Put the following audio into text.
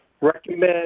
recommend